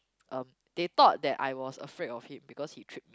um they thought that I was afraid of him because he trip